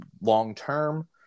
long-term